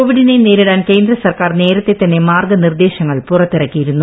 കോവിഡിനെ നേരിടാൻ കേന്ദ്ര സർക്കാർ നേരത്തെ തന്നെ മാർഗ്ഗു നിർദ്ദേശങ്ങൾ പുറത്തിറിക്കിയിരുന്നു